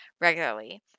regularly